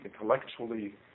intellectually